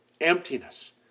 emptiness